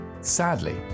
Sadly